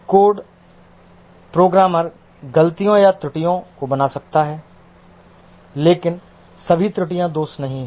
code programmer गलतियों या त्रुटियों को बना सकता है लेकिन सभी त्रुटियां दोष नहीं हैं